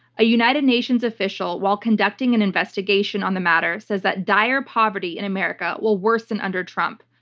a united nations official, while conducting an investigation on the matter, says that dire poverty in america will worsen under trump,